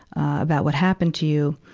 about what happened to you,